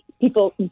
people